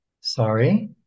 Sorry